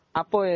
apo